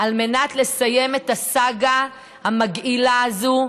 על מנת לסיים את הסאגה המגעילה הזאת.